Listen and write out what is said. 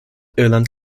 irland